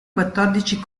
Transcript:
quattordici